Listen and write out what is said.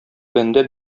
бәндә